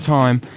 time